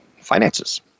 finances